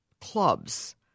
clubs